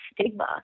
stigma